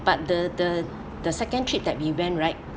but the the the second trip that we went right